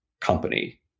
company